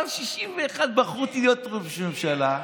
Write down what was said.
אבל 61 בחרו אותי להיות ראש ממשלה,